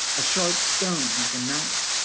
a sharp stone like a knife.